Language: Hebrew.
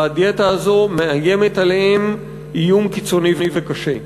והדיאטה הזאת מאיימת עליהם איום קיצוני וקשה.